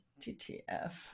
TTF